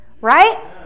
right